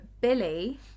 Billy